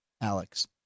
Alex